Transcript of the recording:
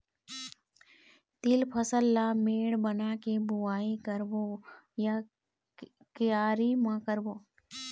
तील फसल ला मेड़ बना के बुआई करबो या क्यारी म करबो?